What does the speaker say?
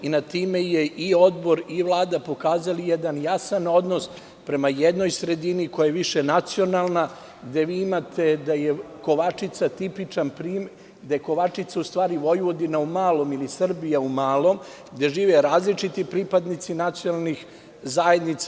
Time su i Odbor i Vlada pokazali jedan jasan odnos prema jednoj sredina koja je više nacionalna, gde vi imate da je Kovačica tipičan primer, da je Kovačica u stvari Vojvodina u malom ili Srbija u malom, gde žive različiti pripadnici nacionalnih zajednica.